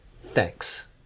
Thanks